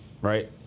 right